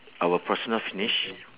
our personal finish